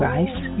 Rice